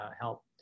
help